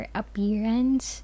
appearance